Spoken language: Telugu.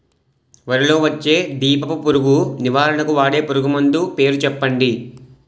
వరిలో పచ్చ దీపపు పురుగు నివారణకు వాడే పురుగుమందు పేరు చెప్పండి?